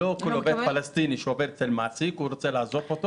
לא כל עובד פלסטיני שעובד אצל מעסיק רוצה לעזוב אותו